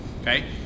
Okay